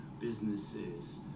businesses